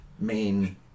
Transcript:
main